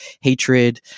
hatred